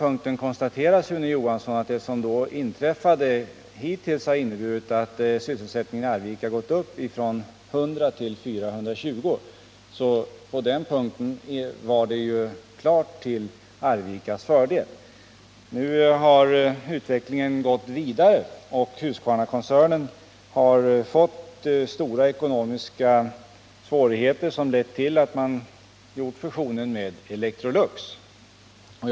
Jag vill bara konstatera, Sune Johansson, att det som då inträffade hittills har inneburit att sysselsättningen i Arvika gått upp från 100 till 420 anställda, så på den punkten var det klart till Arvikas fördel. Utvecklingen har gått vidare men Husqvarnakoncernen har fått stora ekonomiska svårigheter, vilket ledde till att fusionen med Electrolux kom till stånd.